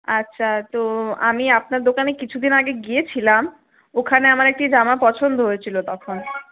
আচ্ছা তো আমি আপনার দোকানে কিছুদিন আগে গিয়েছিলাম ওখানে আমার একটি জামা পছন্দ হয়েছিল তখন